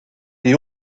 des